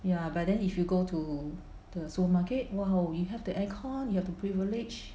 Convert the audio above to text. ya but then if you go to the supermarket !wow! you have the air con you have the privilege